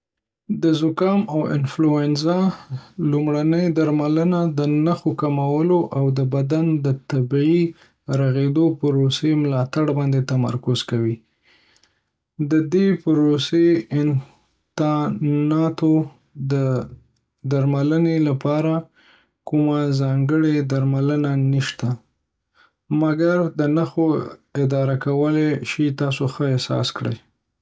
د زکام او انفلونزا لومړنۍ درملنه د نښو کمولو او د بدن د طبیعي رغیدو پروسې ملاتړ باندې تمرکز کوي. د دې ویروسي انتاناتو درملنې لپاره کومه ځانګړې درملنه نشته، مګر د نښو اداره کول کولی شي تاسو ښه احساس کړي